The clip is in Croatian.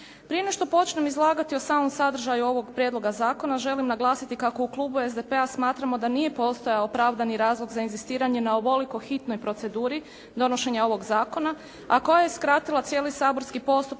Prije nego što počnem izlagati o samom sadržaju ovog prijedloga zakona želim naglasiti kako u klubu SDP-a smatramo da nije postojao opravdani razlog za inzistiranje na ovoliko hitnoj proceduri donošenja ovog zakona, a koja je skratila cijeli saborski postupak